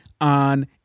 on